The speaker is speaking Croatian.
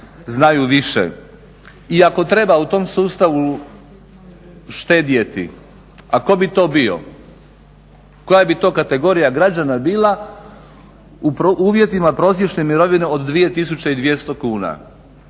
I ako treba u tom sustavu štedjeti a tko bi to bio? Koja bi to kategorija građana bila u uvjetima prosječne mirovine od 2200 kuna